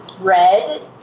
red